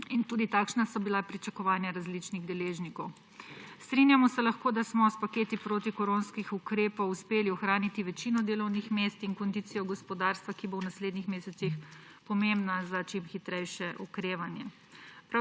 tudi so. Takšna so bila tudi pričakovanja različnih deležnikov. Strinjamo se lahko, da smo s paketi protikoronskih ukrepov uspeli ohraniti večino delovnih mest in kondicijo gospodarstva, ki bo v naslednjih mesecih pomembna za čim hitrejše okrevanje.